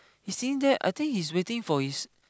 he sitting there I think he's waiting for his